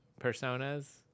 personas